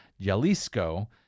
Jalisco